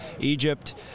egypt